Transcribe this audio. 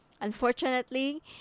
unfortunately